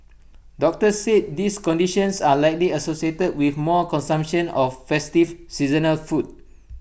doctors said these conditions are likely associated with more consumption of festive seasonal food